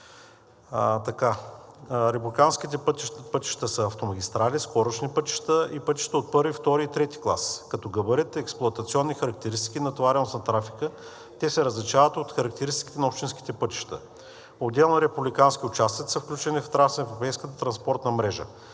Републиканските пътища са автомагистрали, скоростни пътища и пътища от първи, втори и трети клас. Като габарит, експлоатационни характеристики и натовареност на трафика те се различават от характеристиките на общинските пътища. Отделно републикански участъци са включени в трансевропейската транспортна мрежа.